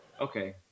Okay